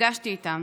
נפגשתי איתם.